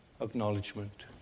acknowledgement